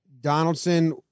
Donaldson